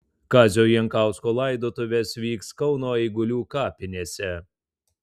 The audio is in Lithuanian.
kazio jankausko laidotuvės vyks kauno eigulių kapinėse